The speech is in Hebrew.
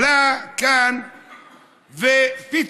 עלה כאן ופתאום,